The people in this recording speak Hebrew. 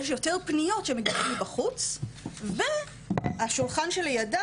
יש יותר פניות שמגיעות מבחוץ והשולחן שלידה,